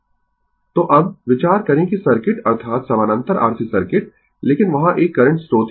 Refer Slide Time 1544 तो अब विचार करें कि सर्किट अर्थात समानांतर RC सर्किट लेकिन वहाँ एक करंट स्रोत है